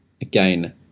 Again